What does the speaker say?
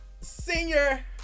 Senior